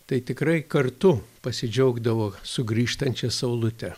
tai tikrai kartu pasidžiaugdavo sugrįžtančia saulute